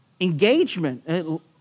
Engagement